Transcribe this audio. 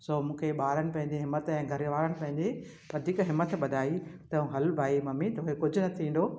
सो मूंखे ॿारनि पंहिंजे हिमथ ऐं घर वारनि पंहिंजे वधीक हिमथ ॿधाई त हलु भाई ममी तोखे कुझु न थींदो